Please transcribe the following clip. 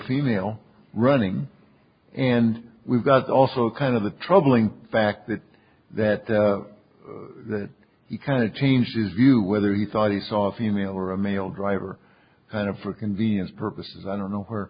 female running and we've got also kind of a troubling fact that that that he kind of changed his view whether he thought he saw a female or a male driver kind of for convenience purposes i don't know where